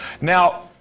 Now